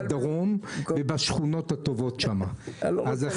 האם יש תקדים כזה שלמ.מ.מ אין מידע על